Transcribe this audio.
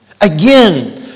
Again